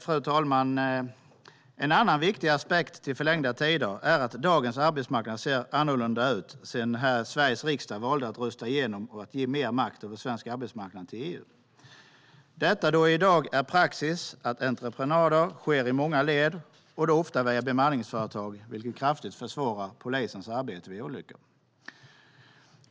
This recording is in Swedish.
Fru talman! En annan viktig aspekt på förlängda tider är att dagens arbetsmarknad ser annorlunda ut sedan Sveriges riksdag valde att rösta igenom att ge mer makt över svensk arbetsmarknad till EU. I dag är det praxis att entreprenader sker i många led och då ofta via bemanningsföretag, vilket kraftigt försvårar polisens arbete vid olyckor.